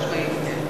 חד-משמעית, כן.